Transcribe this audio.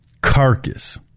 carcass